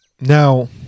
Now